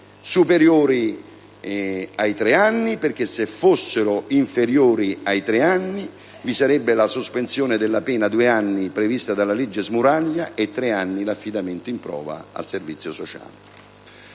superiori ai tre anni, perché se fossero inferiori vi sarebbe la sospensione della pena fino a due anni prevista dalla legge Smuraglia o l'affidamento in prova al servizio sociale